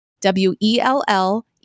W-E-L-L